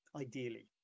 ideally